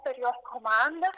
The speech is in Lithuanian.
per jos komandą